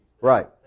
Right